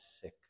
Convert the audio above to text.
sick